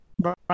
Right